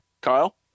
Kyle